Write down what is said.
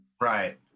Right